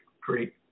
great